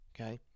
Okay